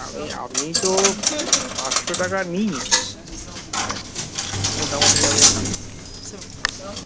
আমি তো পাঁচশো টাকা নি হ্যাঁ মোটামুটি ভাবে